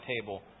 table